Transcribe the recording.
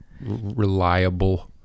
reliable